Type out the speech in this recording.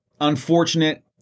unfortunate